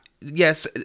yes